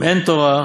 אם אין תורה,